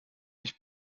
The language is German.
ich